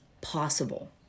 possible